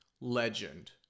legend